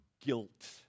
guilt